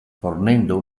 fornendo